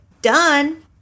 Done